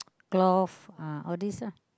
cloth uh all this lah